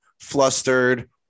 flustered